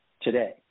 today